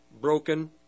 broken